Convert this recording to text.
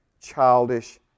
childish